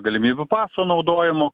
galimybių paso naudojimo